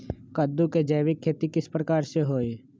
कददु के जैविक खेती किस प्रकार से होई?